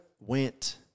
went